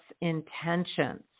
intentions